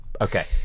Okay